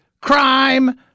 crime